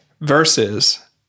versus